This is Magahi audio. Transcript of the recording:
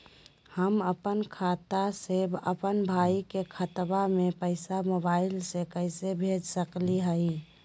हम अपन खाता से अपन भाई के खतवा में पैसा मोबाईल से कैसे भेज सकली हई?